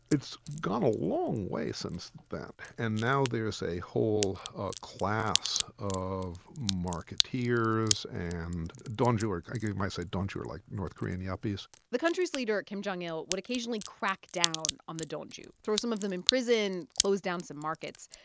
it's gone a long way since then. and now there is a whole class of marketeers. and donju are i say donju are like north korean yuppies the country's leader, kim jong il, would occasionally crack down on the donju throw some of them in prison, close down some markets.